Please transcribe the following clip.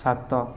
ସାତ